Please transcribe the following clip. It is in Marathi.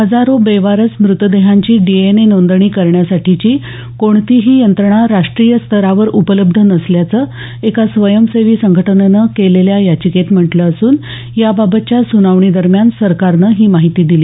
हजारो बेवारस मृतदेहांची डीएनए नोंदणी करण्यासाठीची कोणतीही यंत्रणा राष्ट्रीय स्तरावर उपलब्ध नसल्याचं एका स्वयंसेवी संघटनेनं केलेल्या याचिकेत म्हटलं असून याबाबतच्या सूनावणीदरम्यान सरकारनं ही माहिती दिली